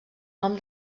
nom